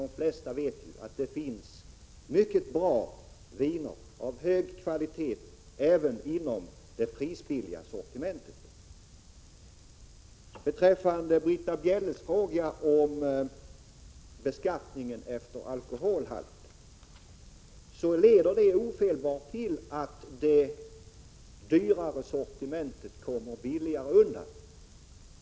De flesta vet ju att det finns mycket bra viner av hög kvalitet även i det prisbilliga sortimentet. Britta Bjelle frågar om beskattning efter alkoholhalt. En sådan beskattning leder ofelbart till att det dyrare sortimentet kommer billigare undan.